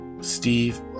Steve